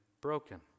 broken